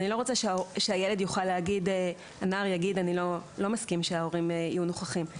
אני לא רוצה שהנער יוכל להגיד אני לא מסכים שההורים יהיו נוכחים.